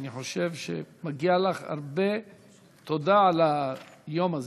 אני חושב שמגיעה לך הרבה תודה על היום הזה